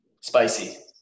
spicy